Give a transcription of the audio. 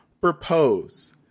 propose